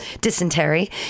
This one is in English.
dysentery